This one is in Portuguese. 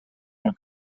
com